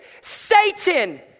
Satan